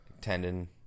tendon